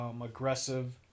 aggressive